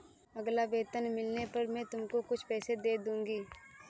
अगला वेतन मिलने पर मैं तुमको कुछ पैसे दे दूँगी